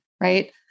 right